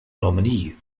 nominee